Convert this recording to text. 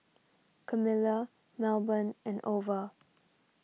Camila Melbourne and Ova